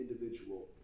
individual